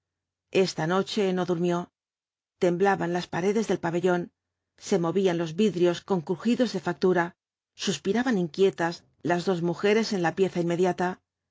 esta noche no durmió temblaban las paredes del pabellón se movían los vidrios con crujidos de fractura suspiraban inquietas las dos mujeres en la pieza inmediata